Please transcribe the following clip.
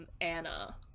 Anna